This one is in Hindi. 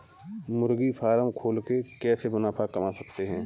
मुर्गी फार्म खोल के कैसे मुनाफा कमा सकते हैं?